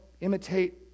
imitate